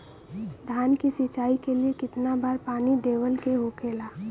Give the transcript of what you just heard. धान की सिंचाई के लिए कितना बार पानी देवल के होखेला?